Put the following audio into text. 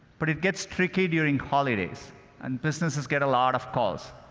but it gets tricky during holidays and businesses get a lot of calls.